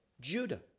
judah